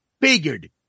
figured